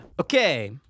Okay